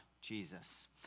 Jesus